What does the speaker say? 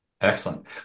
Excellent